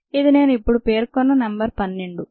ఇది నేను ఇప్పుడే పేర్కొన్న నెంబరు 12